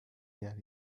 yer